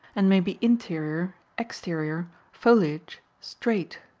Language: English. and may be interior, exterior, foliage, straight,